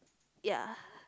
ya